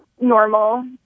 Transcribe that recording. normal